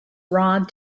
raw